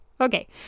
Okay